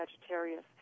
Sagittarius